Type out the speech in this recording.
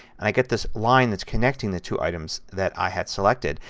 and i get this line that is connecting the two items that i have selected.